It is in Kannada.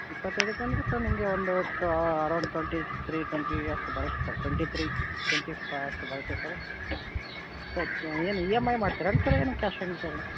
ಇಪ್ಪತೈದಕ್ಕೆ ಅಂದರೆ ಸರ್ ನಿಮಗೆ ಒಂದು ಒಟ್ಟೂ ಅರೌಂಡ್ ಟೊಂಟಿ ತ್ರೀ ಟ್ವೆಂಟಿ ಅಷ್ಟು ಬರತ್ತೆ sir twenty three twenty five ಅಷ್ಟು ಬರುತ್ತೆ ಸರ್ ಸರ್ ಏನು ಇ ಎಮ್ ಐ ಮಾಡ್ತಿರೇನು ಸರ್ ಏನು ಕ್ಯಾಶ್ ಆ್ಯಂಡ್ ಕ್ಯಾರಿಯ